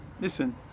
Listen